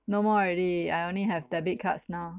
no more already I only have debit cards now